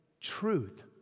truth